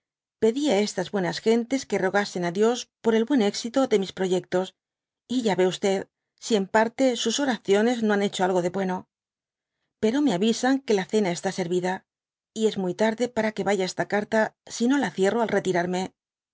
pide á estas buenas gentes que rogasen á dios por el buen éxito dé mis projrectos y ya vé si en parte sus oraciones no han hecho algo de bueno pero me avisan que la cena está servida y es mny tarde para que vaya esta carta si no la derro al retirarme